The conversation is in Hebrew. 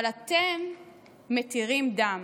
אבל אתם מתירים דם,